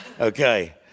Okay